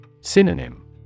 Synonym